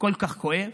כל כך כואב,